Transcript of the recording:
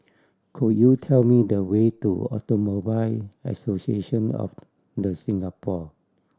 could you tell me the way to Automobile Association of The Singapore